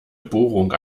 bohrung